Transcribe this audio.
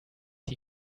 die